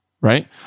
Right